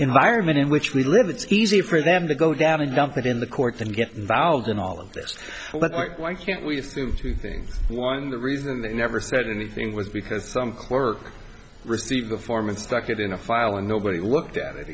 environment in which we live it's easy for them to go down and dump it in the courts and get involved in all of this but why can't we have two things one the reason they never said anything was because some quirk received the form and stuck it in a file and nobody looked at it